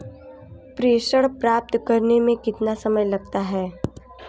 प्रेषण प्राप्त करने में कितना समय लगता है?